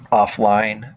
offline